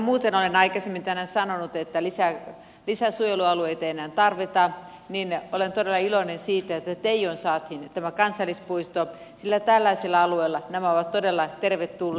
vaikka muuten olen aikaisemmin tänään sanonut että lisää suojelualueita ei enää tarvita niin olen todella iloinen siitä että teijoon saatiin tämä kansallispuisto sillä tällaisella alueella nämä ovat todella tervetulleita